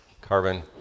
carbon